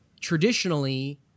traditionally